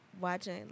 watching